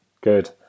Good